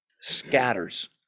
scatters